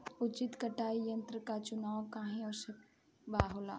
उचित कटाई यंत्र क चुनाव काहें आवश्यक होला?